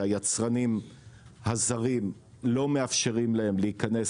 שהיצרנים הזרים לא מאפשרים להם להיכנס